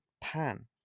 Pan